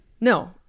No